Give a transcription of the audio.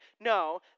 No